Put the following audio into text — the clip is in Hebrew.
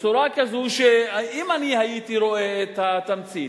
בצורה כזאת שאם אני הייתי רואה את התמצית